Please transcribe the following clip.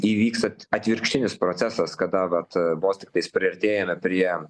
įvyksta atvirkštinis procesas kada vat vos tiktais priartėjame prie